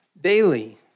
daily